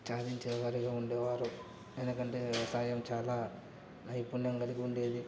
సాధించే వారిగా ఉండేవారు ఎందుకంటే వ్యవసాయం చాలా నైపుణ్యం కలిగి ఉండేది